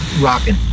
rocking